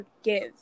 forgive